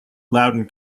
loudoun